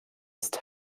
ist